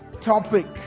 topic